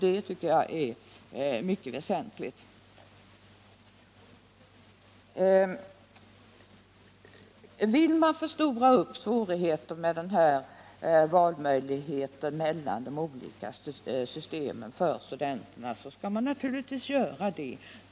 Det tycker jag är mycket väsentligt. Vill man förstora svårigheterna med studenternas valmöjlighet mellan de olika lånesystemen så kan man naturligtvis göra det.